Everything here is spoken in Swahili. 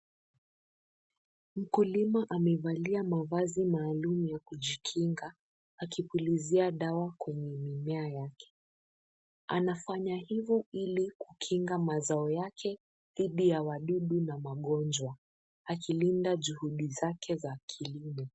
Mkulima amevalia mavazi maalumu ya kujikinga akipulizia dawa kwenye mimea yake , anafanya hivyo ili kukinga mazao yake dhidi ya wadudu na magonjwa ,akilinda juhudi zake za kilimo.